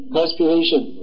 Perspiration